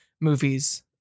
movies